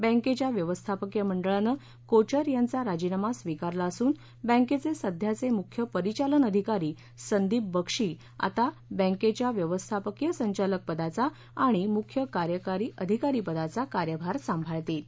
बॅंकेच्या व्यवस्थापकीय मंडळानं कोचर यांचा राजीनामा स्वीकारला असून बॅंकेचे सध्याचे मुख्य परिचालन अधिकारी संदीप बक्षी आता बॅंकेच्या व्यवस्थापकीय संचालक पदाचा आणि मुख्य कार्यकारी अधिकारी पदाचा कार्यभार संभाळतील